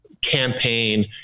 campaign